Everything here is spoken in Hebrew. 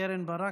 קרן ברק.